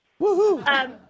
Woohoo